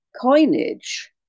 coinage